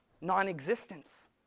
Non-existence